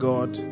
God